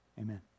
Amen